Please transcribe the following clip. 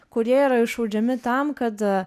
kurie yra išaudžiami tam kad